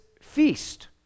feast